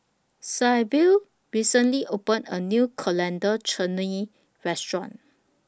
Sybil recently opened A New Coriander Chutney Restaurant